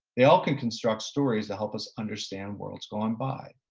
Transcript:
they all can construct stories to help us understand worlds going by.